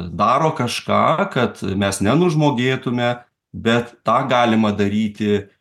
daro kažką kad mes nenužmogėtume bet tą galima daryti